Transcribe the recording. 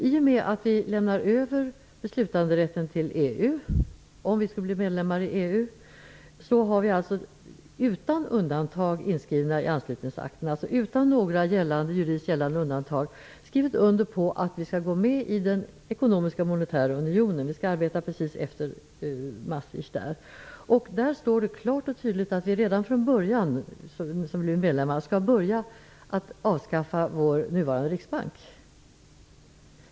I och med att vi lämnar över beslutanderätten till EU -- om Sverige blir medlem i EU -- har vi utan några juridiskt gällande undantag skrivit under att vi skall gå med i den ekonomiska monetära unionen. Där skall vi arbeta efter Maastrichtavtalet. Där står det klart och tydligt att vi redan från början när vi blir medlemmar skall avskaffa vår nuvarande riksbank.